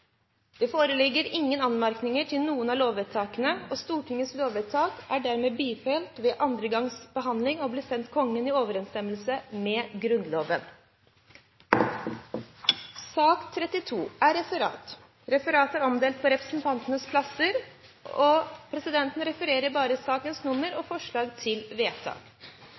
Det foreligger ingen anmerkninger til noen av lovvedtakene. Stortingets lovvedtak er dermed bifalt ved andre gangs behandling og blir å sende Kongen i overensstemmelse med Grunnloven. Dermed er dagens kart ferdigbehandlet. Forlanger noen ordet før møtet heves? – Møtet er